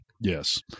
yes